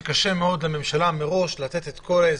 שקשה מאוד לממשלה מראש לתת את כל ההסברים.